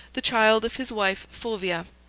the child of his wife fulvia.